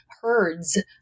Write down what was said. herds